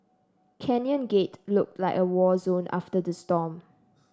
Canyon Gate looked like a war zone after the storm